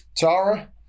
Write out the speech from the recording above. tara